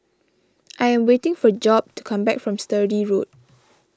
I am waiting for Job to come back from Sturdee Road